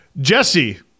jesse